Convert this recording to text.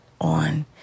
on